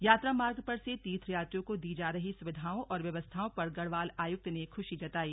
यात्रा मार्ग पर से तीर्थयात्रियों को दी जा रही सुविधाओं और व्यवस्थाओं पर गढ़वाल आयुक्त ने खुशी जताई